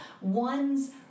one's